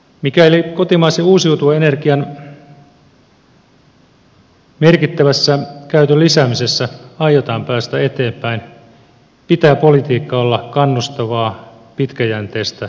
mikäli kotimaisen uusiutuvan energian merkittävässä käytön lisäämisessä aiotaan päästä eteenpäin pitää politiikan olla kannustavaa pitkäjänteistä ja ennustettavaa